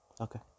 Okay